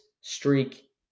streak